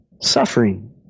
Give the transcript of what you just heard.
suffering